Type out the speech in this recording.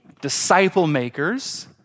disciple-makers